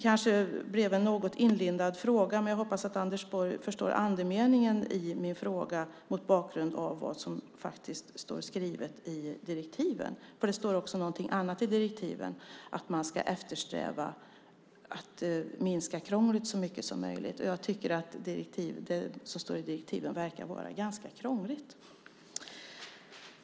Det blev kanske en något inlindad fråga, men jag hoppas att Anders Borg förstår andemeningen mot bakgrund av vad som står skrivet i direktiven. Det står faktiskt något annat i direktiven, nämligen att man ska eftersträva att minska krånglet så mycket som möjligt. Jag tycker att det som står i direktiven verkar vara ganska krångligt.